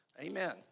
Amen